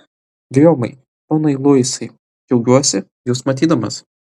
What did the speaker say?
gijomai donai luisai džiaugiuosi jus matydamas